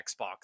Xbox